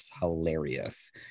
hilarious